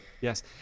Yes